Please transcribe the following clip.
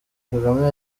kagame